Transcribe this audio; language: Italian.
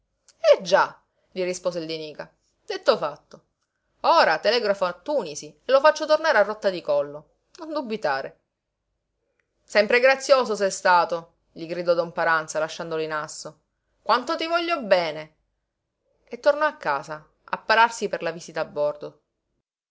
eh già gli rispose il di nica detto fatto ora telegrafo a tunisi e lo faccio tornare a rotta di collo non dubitare sempre grazioso sei stato gli gridò don paranza lasciandolo in asso quanto ti voglio bene e tornò a casa a pararsi per la visita a bordo